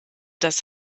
das